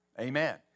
Amen